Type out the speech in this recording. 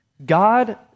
God